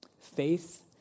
Faith